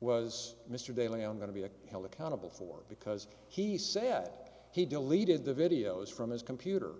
was mr de leon going to be held accountable for because he sat he deleted the videos from his computer